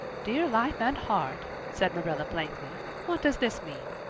dear life and heart, said marilla blankly, what does this mean?